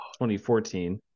2014